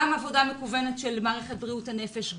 גם עבודה מקוונת של מערכת בריאות הנפש,